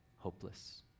hopeless